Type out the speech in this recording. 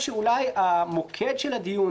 שאולי מוקד הדיון,